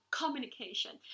communication